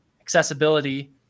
accessibility